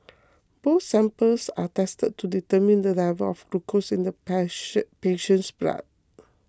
both samples are tested to determine the level of glucose in the patient's blood